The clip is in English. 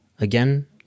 again